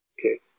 Okay